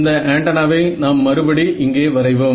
இந்த ஆண்டனாவை நாம் மறுபடி இங்கே வரைவோம்